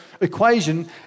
equation